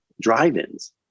drive-ins